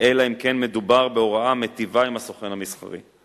אלא אם כן מדובר בהוראה המיטיבה עם הסוכן המסחרי.